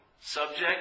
Subject